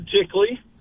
particularly